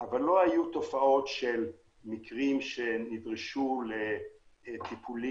אבל לא היו מקרים שנדרשו לטיפולים